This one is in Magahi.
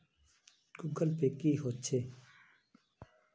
गूगल पै की होचे?